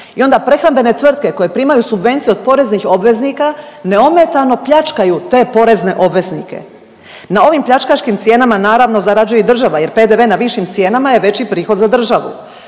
i onda prehrambene tvrtke koje primaju subvenciju od poreznih obveznika neometano pljačkaju te porezne obveznike. Na ovim pljačkačkim cijenama naravno zarađuje i država jer PDV na višim cijenama je veći prihod za državu.